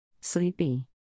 Sleepy